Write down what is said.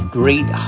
great